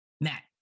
Matt